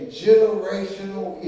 generational